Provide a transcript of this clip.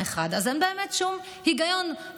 אני רואה בקרן לשמירת הניקיון ערך,